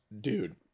Dude